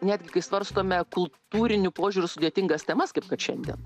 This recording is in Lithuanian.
netgi kai svarstome kultūriniu požiūriu sudėtingas temas kaip kad šiandien